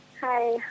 Hi